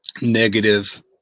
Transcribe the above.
negative